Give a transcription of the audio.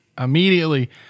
immediately